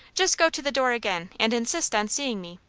just go to the door again, and insist on seeing me.